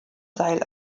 seil